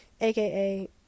aka